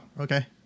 okay